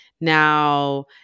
Now